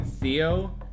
Theo